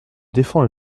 défends